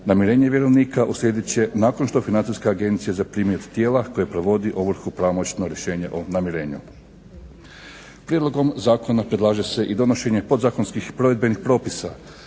Namirenje vjerovnika uslijedit će nakon što Financijska agencija zaprimi od tijela koje provodi ovrhu pravomoćno rješenje o namirenju. Prijedlogom zakona predlaže se i donošenje podzakonskih provedbenih propisa.